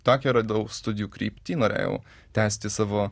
tokią radau studijų kryptį norėjau tęsti savo